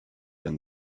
and